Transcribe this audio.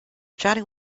chatting